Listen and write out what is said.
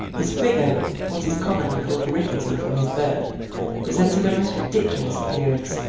his figure what is commonly called rickety from his birth presented a most ridiculous appearance,